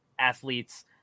athletes